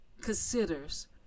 considers